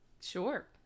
Sure